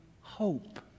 hope